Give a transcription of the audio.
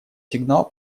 сигнал